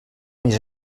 mis